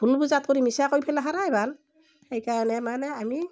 ভুল বুজাত কৰি মিছা কৈ ফেলে সাৰাই ভাল সেইকাৰণে মানে আমি